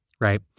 right